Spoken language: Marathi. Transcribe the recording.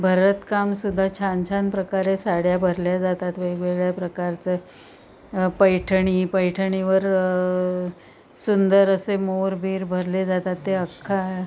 भरतकामसुद्धा छान छान प्रकारे साड्या भरल्या जातात वेगवेगळ्या प्रकारचं पैठणी पैठणीवर सुंदर असे मोर बीर भरले जातात ते अख्खा